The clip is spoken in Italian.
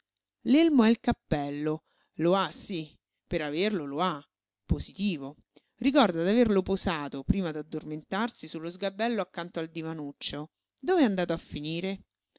elmo dov'è l'elmo è il cappello lo ha sí per averlo lo ha positivo ricorda d'averlo posato prima d'addormentarsi su su lo sgabello accanto al divanuccio dov'è andato a finire